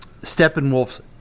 Steppenwolf's